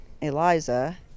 Eliza